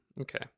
Okay